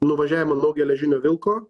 nuvažiavimą nuo geležinio vilko